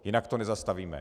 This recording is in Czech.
Jinak to nezastavíme.